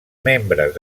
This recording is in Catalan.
membres